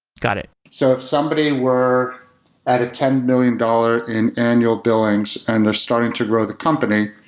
got it so if somebody were at a ten million dollars in annual billings and are starting to grow the company,